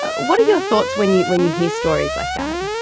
what are your thoughts when you when you hear stories like that?